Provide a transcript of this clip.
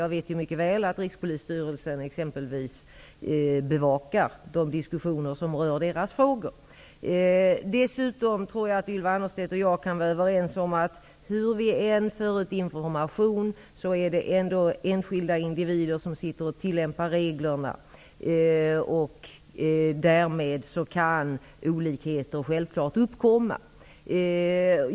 Jag vet mycket väl att t.ex. Rikspolisstyrelsen bevakar de diskussioner som rör Rikspolisstyrelsens frågor. Ylva Annerstedt och jag kan nog vara överens om att hur väl än information förs ut så är det ändå enskilda individer som tillämpar reglerna, och därmed kan olikheter självfallet uppstå.